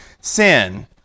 sin